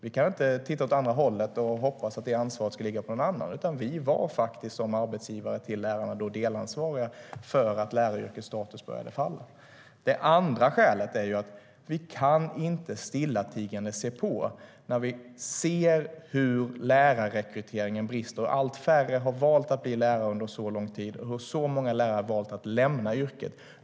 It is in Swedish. Vi kan inte titta åt andra hållet och hoppas att det ansvaret ska ligga på någon annan, utan vi var faktiskt som arbetsgivare till lärarna då delansvariga för att läraryrkets status började falla. Det andra skälet är att vi inte stillatigande kan se på när lärarrekryteringen brister, när allt färre under så lång tid har valt att bli lärare och när vi ser att så många lärare har valt att lämna yrket.